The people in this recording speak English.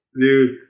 dude